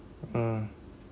hmm